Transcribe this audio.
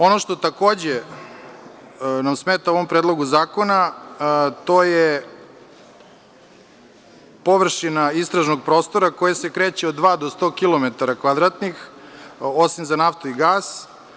Ono što takođe nam smeta u ovom Predlogu zakona to je površina istražnog prostora koja se kreće od dva do 100 kilometara kvadratnih, osim za naftu i gas.